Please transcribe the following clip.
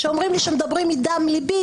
שאומרים לו שמדברים מדם ליבם,